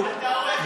זה ייקח שלוש שנים.